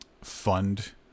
fund